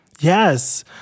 Yes